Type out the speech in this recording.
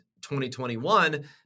2021